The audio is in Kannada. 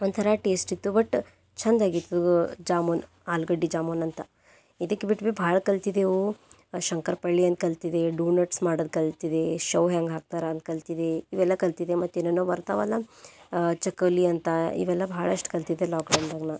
ಒಂಥರ ಟೇಸ್ಟಿತ್ತು ಬಟ್ ಚಂದಾಗಿತ್ತು ಜಾಮೂನ್ ಆಲೂಗಡ್ಡೆ ಜಾಮೂನು ಅಂತ ಇದಕ್ಕೆ ಬಿಟ್ಟು ಭೀ ಭಾಳ ಕಲ್ತಿದೆವು ಶಂಕರಪಾಳಿ ಅಂತ ಕಲ್ತಿದೆ ಡೋನಟ್ಸ್ ಮಾಡೋದು ಕಲ್ತಿದೆ ಶೌ ಹೆಂಗೆ ಹಾಕ್ತಾರಂತ ಕಲ್ತಿದೆ ಇವೆಲ್ಲ ಕಲ್ತಿದೆ ಮತ್ತು ಏನೇನೋ ಬರ್ತವಲ್ಲ ಚಕ್ಕುಲಿ ಅಂತ ಇವೆಲ್ಲ ಭಾಳಷ್ಟು ಕಲ್ತಿದೆ ಲಾಕ್ಡೌನ್ದಾಗ ನಾನು